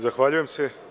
Zahvaljujem se.